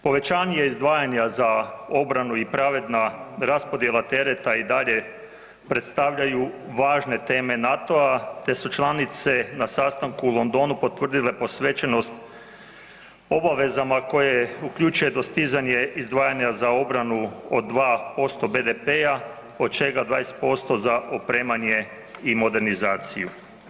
Povećanje izdvajanja za obranu i pravedna raspodjela tereta i dalje predstavljaju važne teme NATO-a te su članice na sastanku u Londonu potvrdile posvećenost obavezama koje uključuje dostizanje izdvajanja za obranu od 2% BDP-a, od čega 20% za opremanje i modernizaciju.